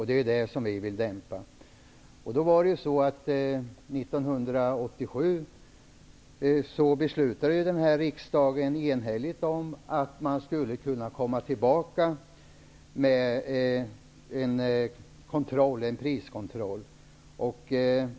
Det är dem vi vill dämpa. 1987 beslutade riksdagen enhälligt att man skulle kunna komma tillbaka med en priskontroll.